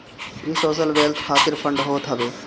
इ social wealth खातिर fund होत हवे